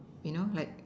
you know like